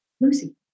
Lucy